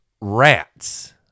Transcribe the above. rats